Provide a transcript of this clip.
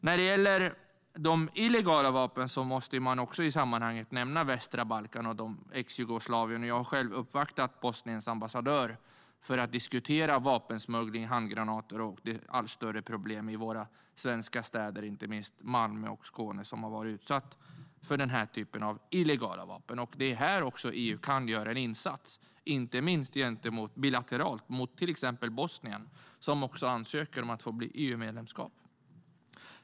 När det gäller de illegala vapnen måste man också i sammanhanget nämna västra Balkan och Exjugoslavien. Jag har själv uppvaktat Bosniens ambassadör för att diskutera vapensmuggling, handgranater och de allt större problemen i våra svenska städer, inte minst Malmö och andra städer i Skåne, som varit utsatta för den här typen av illegala vapen. Det är också här EU kan göra en insats, inte minst bilateralt gentemot till exempel Bosnien, som också ansökt om EU-medlemskap.